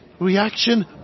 reaction